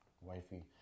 Wifey